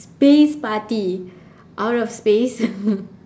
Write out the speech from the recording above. space party out of space